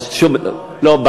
לא,